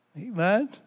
Amen